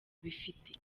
bifite